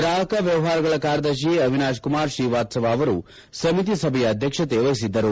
ಗ್ರಾಹಕ ವ್ಯವಹಾರಗಳ ಕಾರ್ಯದರ್ಶಿ ಅವಿನಾಶ್ ಕುಮಾರ್ ಶ್ರೀವಾತ್ಸವ ಅವರು ಸಮಿತಿ ಸಭೆಯ ಅಧ್ಯಕ್ಷತೆ ವಹಿಸಿದ್ದರು